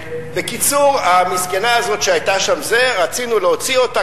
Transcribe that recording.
בקיצור, המסכנה הזאת שהיתה שם, רצינו להוציא אותה.